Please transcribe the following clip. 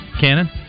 Cannon